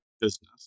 business